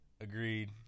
agreed